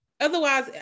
otherwise